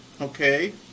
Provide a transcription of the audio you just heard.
okay